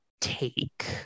take